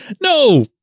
no